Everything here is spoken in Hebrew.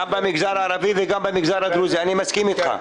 גם במגזר הערבי וגם במגזר החרדי, אני מסכים אתך.